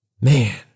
Man